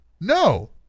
No